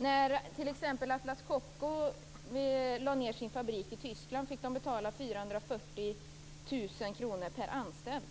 När t.ex. Atlas Copco lade ned sin fabrik i Tyskland fick man betala 440 000 kr per anställd.